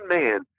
man